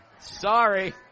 Sorry